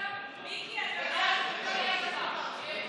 הקואליציה ואז נהיה איתך.